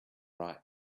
right